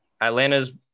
Atlanta's